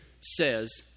says